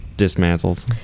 Dismantled